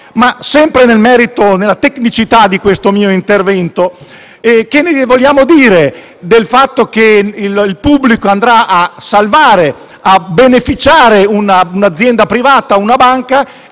Sempre nel merito e nella tecnicità di questo mio intervento, che cosa vogliamo dire del fatto che il pubblico andrà a salvare e a beneficiare un'azienda privata, una banca,